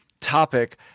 topic